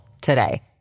today